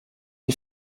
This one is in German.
die